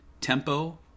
Tempo